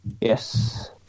yes